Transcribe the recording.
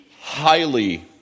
highly